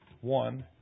One